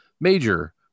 major